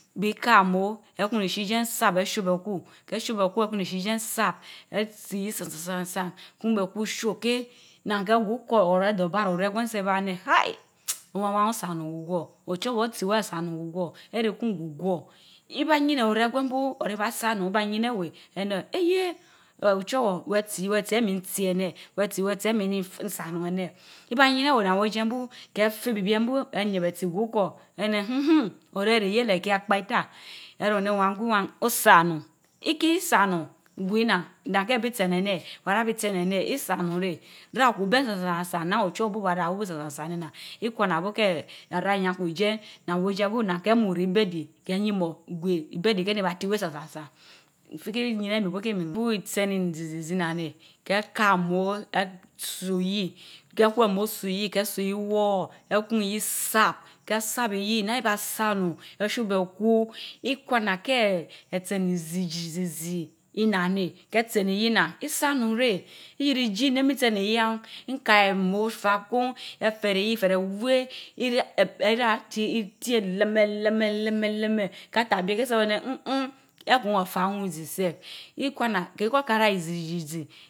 Bi ma mo ekun rishi jie sarh esho be kun nesho bekwu, ekun rizii jien saro etsi iyii tsansan isan kun beh kun shor keh, naan ken gwu hor dorh bara oreh gwen set be bah neh hai!owan weh osaonun gwa gwo ochowor otsi weh asan onun gwu gwo erekun gwugwo, ibayineh ovegwen bu ee basaom ibayine weh enehh eyeh! eeh ochowor weh tsi weh tsi emii nti eneh weh tsi weh tsi emi nsa onun eneh ibayineweh naa wodenbu keh teh bi biem bu, eeh yiebesi gwe uhor eneh hmm mm or ye reh iyele ka kpa itaa erun eheh owan gwi wan, osa onun iki sanunun gwe nnan than hebi tsen eneh wara bi tsen eneh isan onun reh rah okue beh tsa san tsa naa ochowor obaa rah weh tsa sasan. Ikwana bu keh arah iyankwe ojen, naa wo jien bu naa keh mu reh bedi, keji mo gweh bedi ken ibah ki weh wan san san san fi ki iyineh mi bu itsen zii zii zii inaan neh keh kah amo eeh soyii keh kwe emo soyii keh soyii woor ekun iyia sarb heh saarb iyii neh baa sa onun, esho bekwu ikwana keh eeh sen izii jizizi nnan neh, keh tsen iyii nnan, isa onun keh ibii ijii neh min tsen iyi yan nka emo fa kun efere iyii ifere weh ilaa eee eya ti itie leme leme leme leme reh taa bie keh sef eerun eneh mmhm ekun hor fa owun zi sef ikoana because kaa ra izi zizi